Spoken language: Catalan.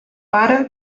pare